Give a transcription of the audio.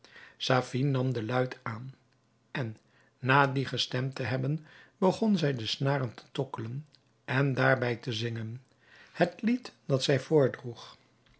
safie nam de luit aan en na die gestemd te hebben begon zij de snaren te tokkelen en daarbij te zingen het lied dat zij